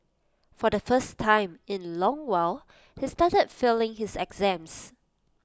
for the first time in A long while he started failing his exams